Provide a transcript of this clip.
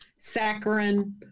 saccharin